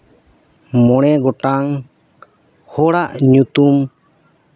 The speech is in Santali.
ᱢᱚᱬᱮ ᱜᱚᱴᱟᱝ ᱦᱚᱲᱟᱜ ᱧᱩᱛᱩᱢ